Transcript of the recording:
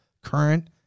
current